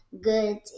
good